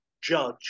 judge